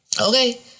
Okay